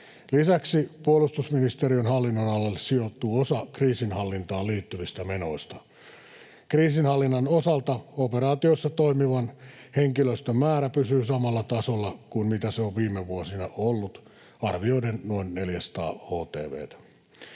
Lisäksi puolustusministeriön hallinnonalalle sijoittuu osa kriisinhallintaan liittyvistä menoista. Kriisinhallinnan osalta operaatioissa toimivan henkilöstön määrä pysyy samalla tasolla kuin millä se on viime vuosina ollut, arvioiden noin 400 htv:ssä.